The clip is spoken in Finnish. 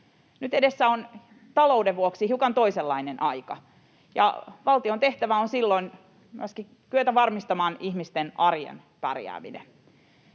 Nyt edessä on talouden vuoksi hiukan toisenlainen aika, ja valtion tehtävä on silloin myöskin kyetä varmistamaan ihmisten arjen pärjääminen.